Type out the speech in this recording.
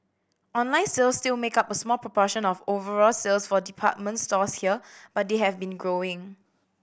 online sales still make up a small proportion of overall sales for department stores here but they have been growing